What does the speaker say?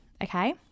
Okay